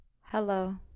Hello